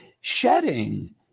shedding